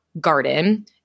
Garden